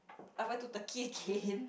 I went to Turkey again